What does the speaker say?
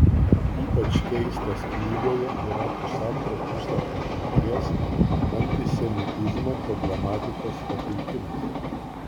ypač keistas knygoje yra pusantro puslapio apimties antisemitizmo problematikos pateikimas